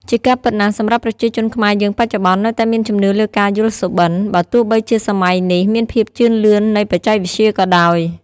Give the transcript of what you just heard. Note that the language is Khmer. ជាការពិតណាស់សម្រាប់ប្រជាជនខ្មែរយើងបច្ចុប្បន្ន នៅតែមានជំនឿលើការយល់សុបិន្ត បើទោះបីជាសម័យនេះ មានភាពជឿនលឿននៃបច្ចេកវិទ្យាក៏ដោយ។